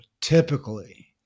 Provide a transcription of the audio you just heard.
typically